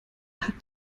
hat